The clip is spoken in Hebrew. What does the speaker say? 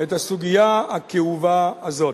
את הסוגיה הכאובה הזאת.